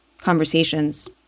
conversations